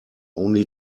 only